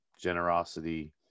generosity